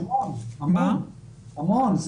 המון,